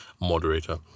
moderator